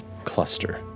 Cluster